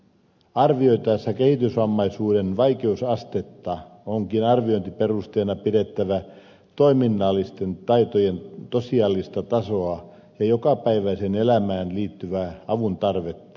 arvioitaessa kehitysvammaisuuden vaikeusastetta onkin arviointiperusteena pidettävä toiminnallisten taitojen tosiasiallista tasoa ja jokapäiväiseen elämään liittyvää avuntarvetta